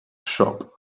shop